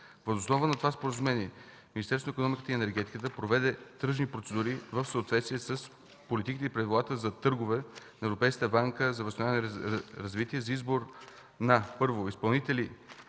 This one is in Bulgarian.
Въз основа на това споразумение Министерството на икономиката и енергетиката проведе тръжни процедури в съответствие с политиките и правилата за търговете на Европейската банка за възстановяване и развитие, за избор на: Първо, изпълнители